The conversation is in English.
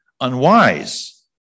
unwise